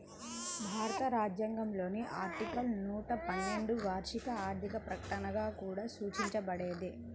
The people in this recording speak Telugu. భారత రాజ్యాంగంలోని ఆర్టికల్ నూట పన్నెండులోవార్షిక ఆర్థిక ప్రకటనగా కూడా సూచించబడేది